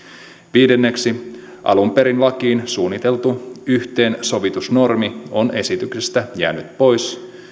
viidenneksi alun perin lakiin suunniteltu yhteensovitusnormi on esityksestä jäänyt pois